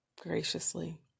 graciously